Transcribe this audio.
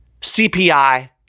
CPI